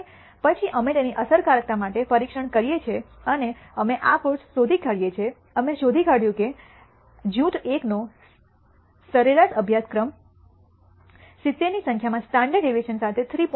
અને પછી અમે તેની અસરકારકતા માટે પરીક્ષણ કરીએ છીએ અને અમે આ કોર્સ શોધી કાઢીયે છીએ અમે શોધી કાઢ્યું છે કે જૂથ 1 નો સરેરાશ અભ્યાસક્રમ 70 ની સંખ્યામાં સ્ટાન્ડર્ડ ડેવિએશન સાથે 3